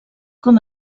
com